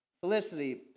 felicity